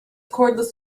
cordless